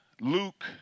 Luke